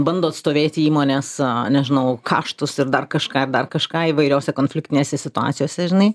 ten bando atstovėti įmonės nežinau kaštus ir dar kažką dar kažką įvairiose konfliktinėse situacijose žinai